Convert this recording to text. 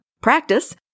practice